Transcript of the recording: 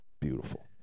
beautiful